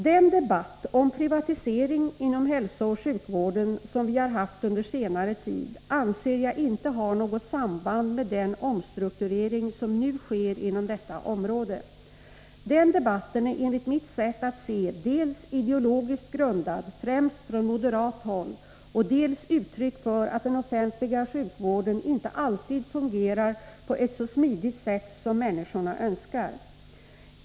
Den debatt om privatisering inom hälsooch sjukvården som vi har haft under senare tid anser jag inte ha något samband med den omstrukturering som nu sker inom detta område. Den debatten är enligt mitt sätt att se dels ideologiskt grundad, främst från moderat håll, dels uttryck för att den offentliga sjukvården inte alltid fungerar på ett så smidigt sätt som människorna önskar.